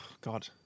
God